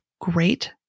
great